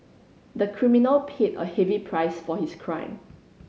the criminal paid a heavy price for his crime